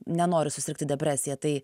nenoriu susirgti depresija tai